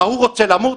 מה, הוא רוצה למות?